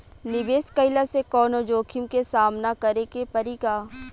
निवेश कईला से कौनो जोखिम के सामना करे क परि का?